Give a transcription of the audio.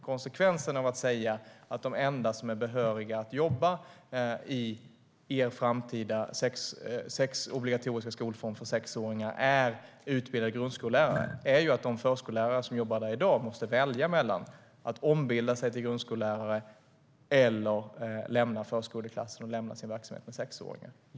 Konsekvenserna av att säga att de enda som är behöriga att jobba i en framtida obligatorisk skolform för sexåringar är utbildade grundskollärare är att de förskollärare som jobbar där i dag måste välja mellan att ombilda sig till grundskollärare eller att lämna förskoleklassen och sin verksamhet med sexåringar.